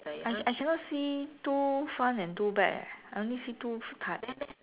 I I cannot see two front and two back eh I only see two car